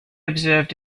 observed